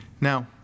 Now